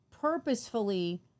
purposefully